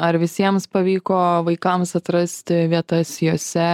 ar visiems pavyko vaikams atrasti vietas jose